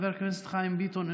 חבר הכנסת חיים ביטון,